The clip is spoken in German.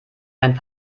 ein